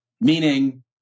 Meaning